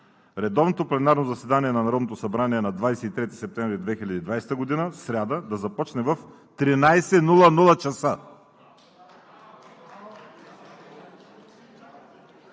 Редовното пленарно заседание на Народното събрание на 23 септември 2020 г., сряда, да започне в 13,00 ч.“